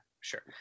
sure